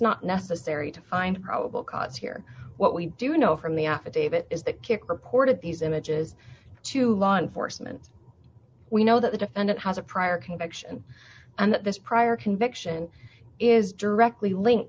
not necessary to find probable cause here what we do know from the affidavit is that kick reported these images to law enforcement we know that the defendant has a prior conviction and this prior conviction is directly linked